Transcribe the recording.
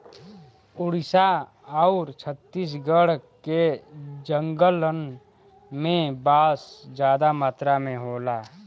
ओडिसा आउर छत्तीसगढ़ के जंगलन में बांस जादा मात्रा में होला